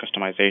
customization